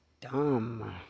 dumb